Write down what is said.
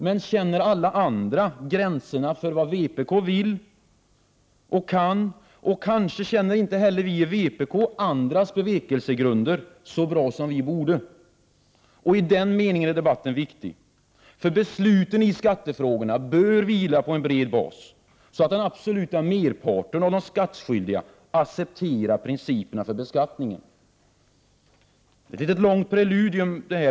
Men känner alla andra gränserna för vad vpk vill och kan] Kanske känner inte heller vi i vpk andras bevekelsegrunder så bra som v borde. I den meningen är debatten viktig, för besluten i skattefrågorna bör vila p; en bred bas, så att den absoluta merparten av de skattskyldiga acceptera principerna för beskattningen. Det här blev ett långt preludium.